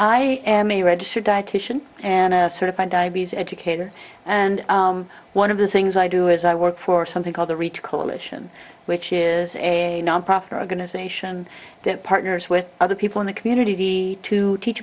i am a registered dietitian and a certified diabetes educator and one of the things i do is i work for something called the rita coalition which is a nonprofit organization that partners with other people in the community to teach